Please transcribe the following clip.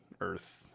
Earth